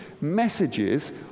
messages